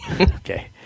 Okay